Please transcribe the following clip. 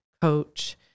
coach